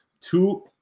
two